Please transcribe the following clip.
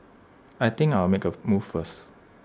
I think I'll make A move first